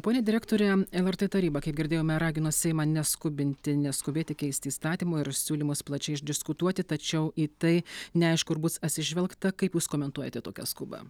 pone direktore lrt taryba kaip girdėjome ragino seimą neskubinti neskubėti keisti įstatymo ir siūlymus plačiai išdiskutuoti tačiau į tai neaišku ar bus atsižvelgta kaip jūs komentuojate tokią skubą